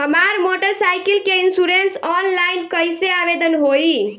हमार motorcycle के insurance online कईसे आवेदन होई?